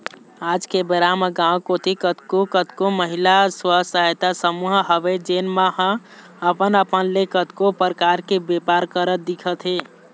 आज के बेरा म गाँव कोती कतको महिला स्व सहायता समूह हवय जेन मन ह अपन अपन ले कतको परकार के बेपार करत दिखत हे